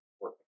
working